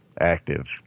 active